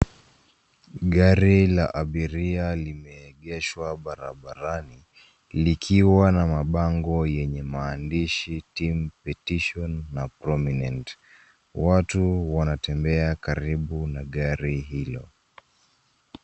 Gari la abiria limeegeshwa barabarani likiwa na mabango yenye maandishi Team petition na prominent . Watu wanatembea karibu na gari hilo.